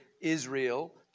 Israel